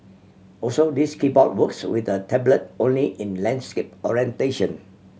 also this keyboard works with the tablet only in landscape orientation